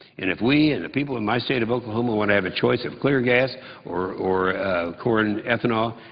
if we and the people of my state of oklahoma want to have a choice of clear gas or or corn ethanol,